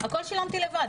הכול שילמתי לבד.